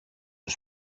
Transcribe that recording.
του